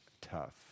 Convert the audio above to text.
tough